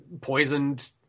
poisoned